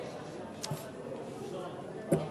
עברה